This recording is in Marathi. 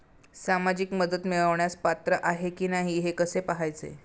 सामाजिक मदत मिळवण्यास पात्र आहे की नाही हे कसे पाहायचे?